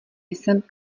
jsem